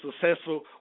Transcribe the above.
successful